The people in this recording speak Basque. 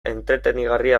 entretenigarria